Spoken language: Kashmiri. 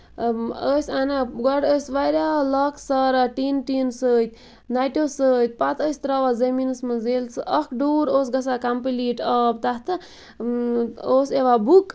اۭں ٲسۍ اَنان گۄڈٕ ٲسۍ واریاہ لاکھہٕ ساران ٹیٖنہٕ ٹِیٖنہٕ سۭتۍ نَٹیو سۭتۍ پَتہٕ ٲسۍ تراوان زٔمیٖنَس منٛز ییٚلہِ سُہ اکھ ڈوٗر اوس گژھان کَمپٕلیٖٹ آب تتھ اۭں اوس یِوان بُک